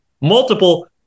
multiple